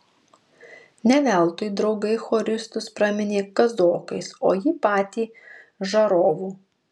ne veltui draugai choristus praminė kazokais o jį patį žarovu